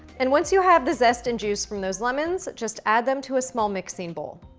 and, once you have the zest and juice from those lemons, just add them to a small mixing bowl.